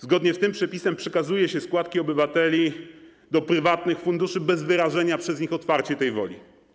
Zgodnie z tym przepisem przekazuje się składki obywateli do prywatnych funduszy bez wyrażenia przez nich otwarcie tej woli.